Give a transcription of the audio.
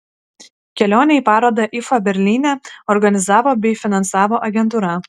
kelionę į parodą ifa berlyne organizavo bei finansavo agentūra